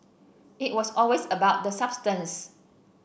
it was always about the substance